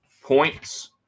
points